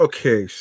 Okay